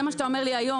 זה מה שאתה אומר לי היום?